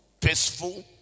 peaceful